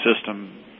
system